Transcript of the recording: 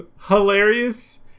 hilarious